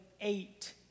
eight